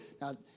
Now